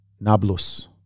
nablus